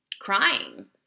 crying